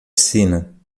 piscina